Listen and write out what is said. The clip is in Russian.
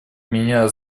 меня